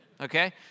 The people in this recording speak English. Okay